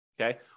Okay